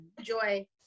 joy